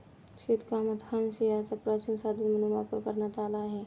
शेतीकामात हांशियाचा प्राचीन साधन म्हणून वापर करण्यात आला आहे